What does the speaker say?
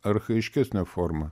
archajiškesnė forma